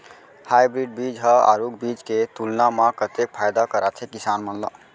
Hybrid बीज हा आरूग बीज के तुलना मा कतेक फायदा कराथे किसान मन ला?